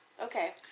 Okay